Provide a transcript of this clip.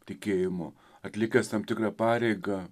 tikėjimo atlikęs tam tikrą pareigą